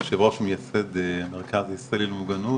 יושב ראש מייסד המרכז הישראלי למוגנות,